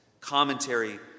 commentary